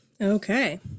Okay